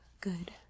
Good